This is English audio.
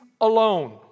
alone